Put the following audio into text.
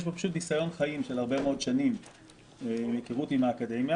יש פה פשוט ניסיון חיים של הרבה מאוד חיים בהיכרות עם האקדמיה,